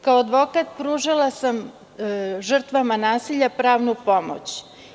Kao advokat sam pružala žrtvama nasilja pravnu pomoć.